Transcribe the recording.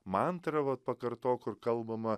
mantrą vat pakartok kur kalbama